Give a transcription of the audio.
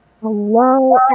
Hello